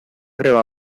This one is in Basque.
greba